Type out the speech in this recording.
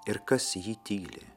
ir kas jį tyli